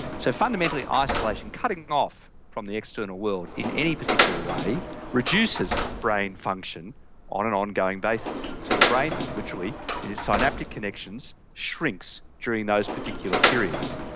so fundamentally, isolation, cutting off from the external world in any particular way reduces brain function on an ongoing basis. so your brain literally in its synaptic connections shrinks during those particular periods.